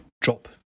drop